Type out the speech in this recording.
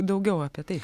daugiau apie tai